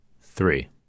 three